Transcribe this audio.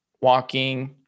walking